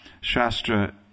Shastra